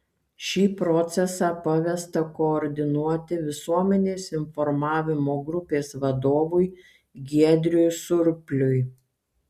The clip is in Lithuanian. šį procesą pavesta koordinuoti visuomenės informavimo grupės vadovui giedriui surpliui